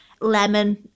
lemon